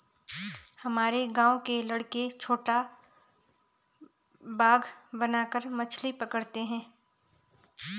हमारे गांव के लड़के छोटा बांध बनाकर मछली पकड़ते हैं